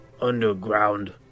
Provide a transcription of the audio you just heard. underground